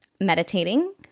meditating